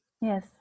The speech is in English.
Yes